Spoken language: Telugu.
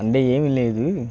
అంటే ఏమి లేదు